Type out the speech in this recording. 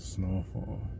Snowfall